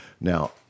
Now